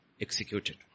executed